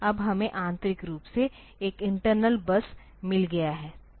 अब हमें आंतरिक रूप से एक इंटरनल बस मिल गया है